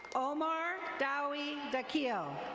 omar dowy dakil.